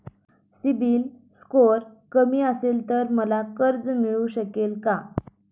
CIBIL score कमी असेल तर मला कर्ज मिळू शकेल का?